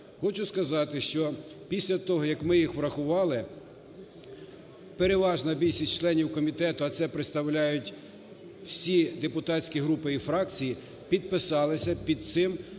Хочу сказати, що після того, як ми їх врахували переважна більшість членів комітету, а це представляють всі депутатські групи і фракції підписалися під цим